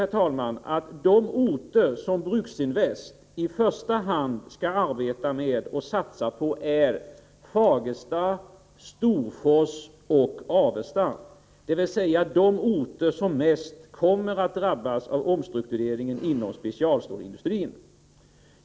Jag menar också att de orter som Bruksinvest i första hand skall arbeta med och satsa på är Fagersta, Storfors och Avesta, dvs. de orter som mest kommer att drabbas av omstruktureringen inom specialstålsindustrin.